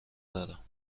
دارم